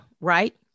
right